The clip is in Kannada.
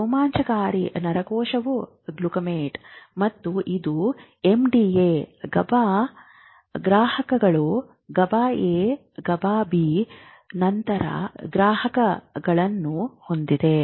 ರೋಮಾಂಚಕಾರಿ ನರಕೋಶವು ಗ್ಲುಟಮೇಟ್ ಮತ್ತು ಇದು ಎಂಡಿಎ ಗಬಾ ಗ್ರಾಹಕಗಳು ಗಬಾ ಎ ಗಬಾ ಬಿ ನಂತಹ ಗ್ರಾಹಕಗಳನ್ನು ಹೊಂದಿದೆ